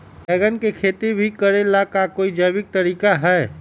बैंगन के खेती भी करे ला का कोई जैविक तरीका है?